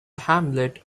hamlet